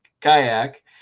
kayak